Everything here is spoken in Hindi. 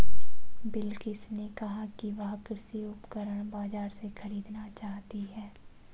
बिलकिश ने कहा कि वह कृषि उपकरण बाजार से खरीदना चाहती है